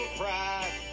pride